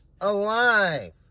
Alive